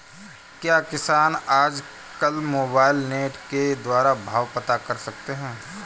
क्या किसान आज कल मोबाइल नेट के द्वारा भाव पता कर सकते हैं?